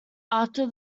after